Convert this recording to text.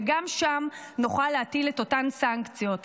וגם שם נוכל להטיל את אותן סנקציות.